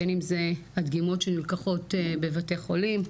בין אם זה הדגימות שנלקחות בבתי החולים,